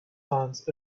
hands